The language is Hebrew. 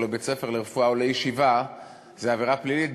לבית-ספר לרפואה או לישיבה זה עבירה פלילית,